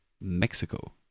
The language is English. Mexico